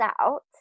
out